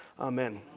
Amen